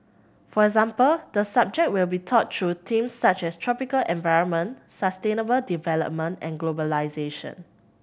for example the subject will be taught through themes such as tropical environment sustainable development and globalisation